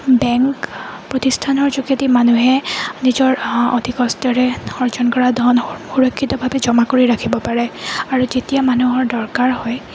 bank প্ৰতিষ্ঠানৰ যোগেদি মানুহে নিজৰ অধিক কষ্টৰে অৰ্জন কৰা ধন সুৰক্ষিতভাৱে জমা কৰি ৰাখিব পাৰে আৰু যেতিয়া মানুহৰ দৰকাৰ হয়